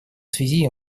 связи